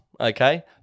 okay